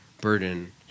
burden